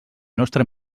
nostre